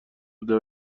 بوده